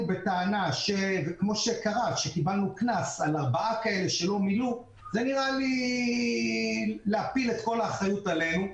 קנס על ארבעה שלא מילאו זה להפיל את כל האחריות עלינו.